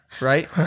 right